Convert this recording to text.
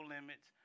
Limits